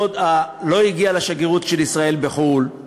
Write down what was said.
הדודה לא הגיעה לשגרירות ישראל בחו"ל,